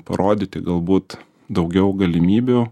parodyti galbūt daugiau galimybių